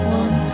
one